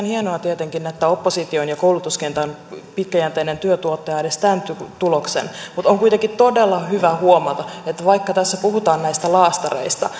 hienoa tietenkin että opposition ja koulutuskentän pitkäjänteinen työ tuottaa edes tämän tuloksen mutta on kuitenkin todella hyvä huomata että vaikka tässä puhutaan näistä laastareista